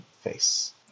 face